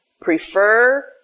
prefer